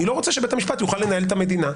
אני לא רוצה שבית המשפט יוכל לנהל את המדינה.